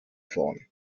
fahren